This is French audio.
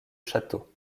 château